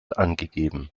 angegeben